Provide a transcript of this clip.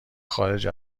خارج